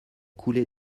coulé